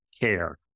care